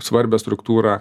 svarbią struktūrą